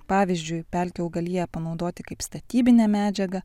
pavyzdžiui pelkių augaliją panaudoti kaip statybinę medžiagą